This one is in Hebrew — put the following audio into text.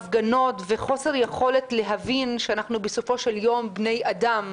הפגנות וחוסר יכולת להבין שבסופו של יום אנחנו בני אדם